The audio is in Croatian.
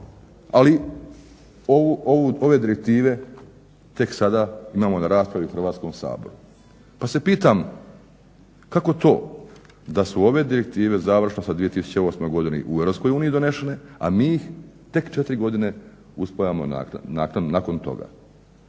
ali ove direktive tek sada imamo na raspravu u Hrvatskom saboru. Pa se pitam kako to da su ove direktive završno sa 2008.godinom u EU donešene, a mi ih tek 4 godine usvajamo nakon toga.